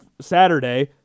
Saturday